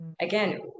again